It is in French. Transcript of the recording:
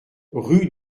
rue